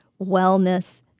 wellness